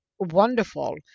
wonderful